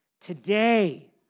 Today